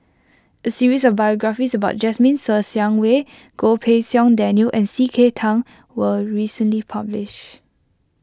a series of biographies about Jasmine Ser Xiang Wei Goh Pei Siong Daniel and C K Tang was recently publish